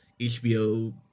HBO